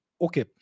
Okay